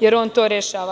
jer on to rešava.